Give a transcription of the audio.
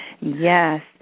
Yes